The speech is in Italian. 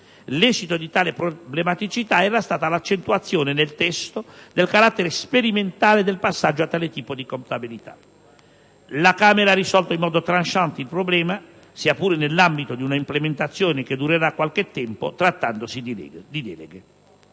l'esito di tale problematicità era stata l'accentuazione nel testo del carattere sperimentale del passaggio a tale tipo di contabilità. La Camera ha risolto in modo *tranchant* il problema, sia pure nell'ambito di una implementazione che durerà qualche tempo, trattandosi di deleghe.